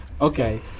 Okay